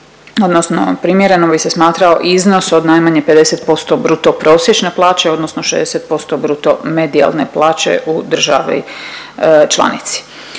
odnosno primjerenom bi se smatrao iznos od najmanje 50% bruto prosječne plaće odnosno 60% bruto medijalne plaće u državi članici.